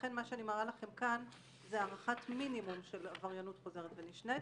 ולכן מה שאני מראה לכם כאן זה הערכת מינימום של עבריינות חוזרת ונשנית.